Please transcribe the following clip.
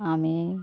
আমি